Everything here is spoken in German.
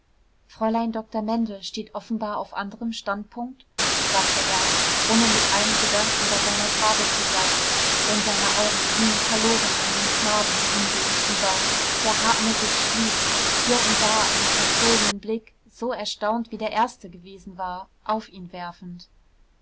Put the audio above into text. fräulein dr mendel steht offenbar auf anderem standpunkt sagte er ohne mit einem gedanken bei seiner frage zu sein denn seine augen hingen verloren an dem knaben ihm gegenüber der hartnäckig schwieg hier und da einen verstohlenen blick so erstaunt wie der erste gewesen war auf ihn werfend